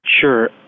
Sure